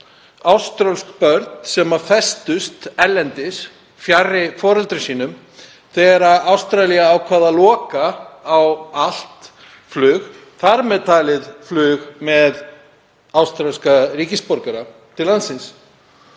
áströlsk börn sem festust erlendis fjarri foreldrum sínum þegar Ástralir ákváðu að loka á allt flug, þar með talið flug með ástralska ríkisborgara til landsins.